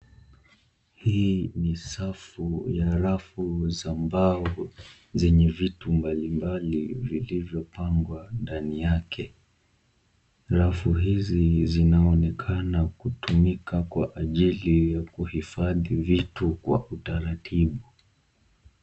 Hii ni safu ya rafu za mbao zenye vitu mbali mbali vilivyo pangwa ndani yake . Rafu hizi zinaonekana kutumika kwa ajili ya kuhifadhi vitu kwa utaratibu.